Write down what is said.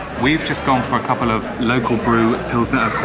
we've just gone from a couple of local brew pilsner